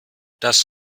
das